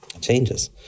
changes